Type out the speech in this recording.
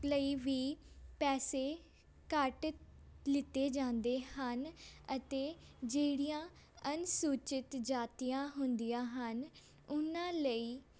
ਲਈ ਵੀ ਪੈਸੇ ਘੱਟ ਲਿੱਤੇ ਜਾਂਦੇ ਹਨ ਅਤੇ ਜਿਹੜੀਆਂ ਅਨੁਸੂਚਿਤ ਜਾਤੀਆਂ ਹੁੰਦੀਆਂ ਹਨ ਉਹਨਾਂ ਲਈ